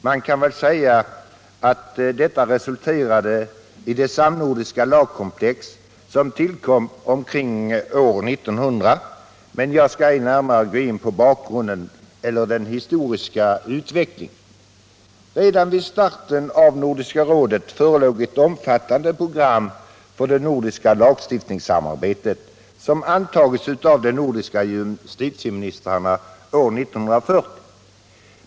Man kan väl säga att detta resulterade i de samnordiska lagkomplex som tillkom omkring år 1900, men jag skall ej närmare gå in på bakgrunden eller den historiska utvecklingen. Redan vid starten av Nordiska rådet förelåg ett omfattande program för det nordiska lagstiftningssamarbetet, som hade antagits av de nordiska justitieministrarna 1940.